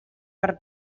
per